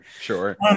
Sure